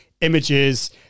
images